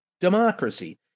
democracy